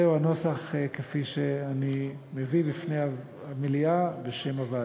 זהו הנוסח כפי שאני מביא בפני המליאה בשם הוועדה.